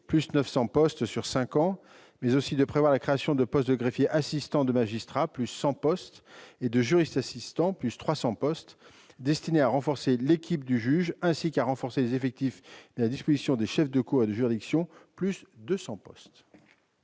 plus de 900 postes sur cinq ans -, mais aussi à prévoir la création de postes de greffiers assistants de magistrats- 100 postes -et de juristes assistants- 300 postes -destinés à renforcer l'équipe du juge, ainsi qu'à accroître les effectifs mis à disposition des chefs de cour et de juridiction, en